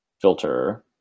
filter